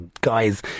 guys